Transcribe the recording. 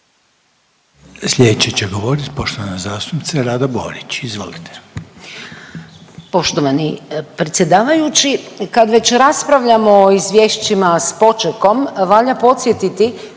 Sljedeći će govoriti poštovani zastupnik Josip Borić. **Borić,